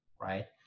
right